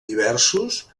diversos